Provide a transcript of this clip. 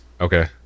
Okay